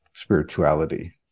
spirituality